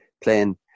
playing